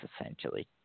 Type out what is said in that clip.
essentially